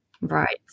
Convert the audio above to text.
Right